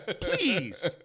Please